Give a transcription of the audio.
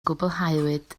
gwblhawyd